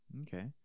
Okay